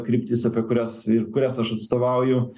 kryptis apie kurias ir kurias aš atstovauju